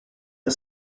are